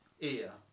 ear